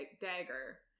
dagger